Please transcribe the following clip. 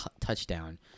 touchdown